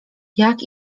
jak